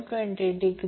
मी ते इथे सोडवले नाही